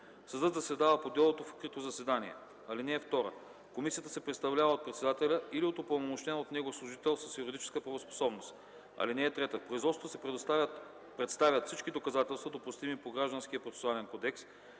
Съдът заседава по делото в открито заседание. (2) Комисията се представлява от председателя или от упълномощен от него служител с юридическа правоспособност. (3) В производството се представят всички доказателства, допустими по Гражданския процесуален кодекс.